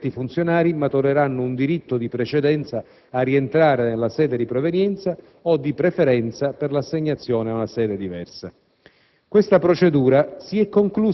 Alla scadenza del biennio, i predetti funzionari matureranno un diritto di precedenza a rientrare nella sede di provenienza o di preferenza per l'assegnazione ad una sede diversa.